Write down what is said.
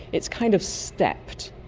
it's kind of stepped.